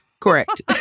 Correct